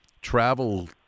travel